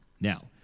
Now